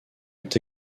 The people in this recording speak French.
ont